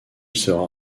sera